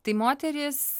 tai moterys